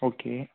okay